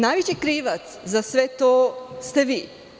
Najveći krivac za sve to ste vi.